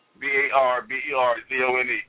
B-A-R-B-E-R-Z-O-N-E